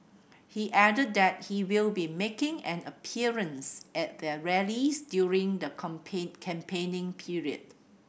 he added that he will be making an appearance at their rallies during the campaigning period